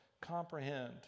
comprehend